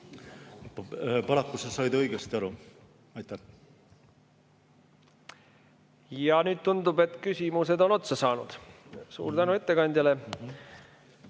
Paraku sa said õigesti aru. Ja nüüd tundub, et küsimused on otsa saanud. Suur tänu ettekandjale!